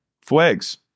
Flags